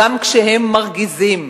גם כשהם מרגיזים.